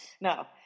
no